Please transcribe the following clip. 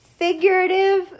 figurative